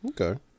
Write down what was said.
Okay